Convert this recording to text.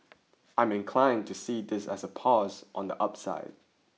I'm inclined to see this as a pause on the upside